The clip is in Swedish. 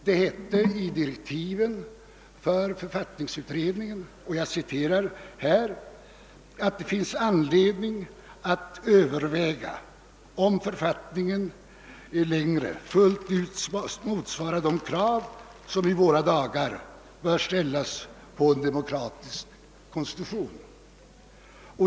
Det hette i direktiven för författningsutredningen att det finns »anledning att överväga, om författningen längre fullt ut motsvarar de krav, som i våra dagar bör ställas på en demokratisk konstitution».